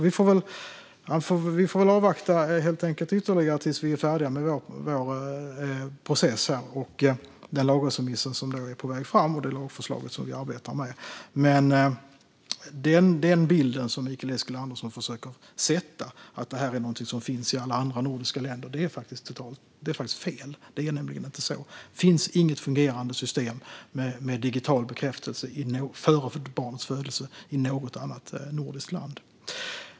Vi får helt enkelt avvakta ytterligare tills vi är färdiga med vår process: den lagrådsremiss som är på väg och det lagförslag som vi arbetar med. Men den bild som Mikael Eskilandersson försöker ge om att detta är någonting som finns i alla andra nordiska länder är faktiskt fel. Det är nämligen inte så. Det finns inget fungerande system med digital bekräftelse före barnets födelse i något annat nordiskt land.